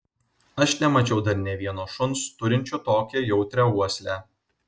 aš nemačiau dar nė vieno šuns turinčio tokią jautrią uoslę